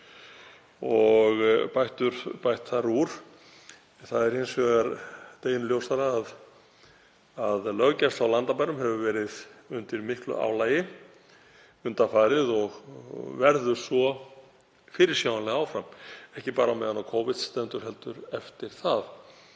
og bætt þar úr. Það er hins vegar deginum ljósara að löggæsla á landamærum hefur verið undir miklu álagi undanfarið og verður svo fyrirsjáanlega áfram, ekki bara á meðan Covid stendur heldur líka eftir það.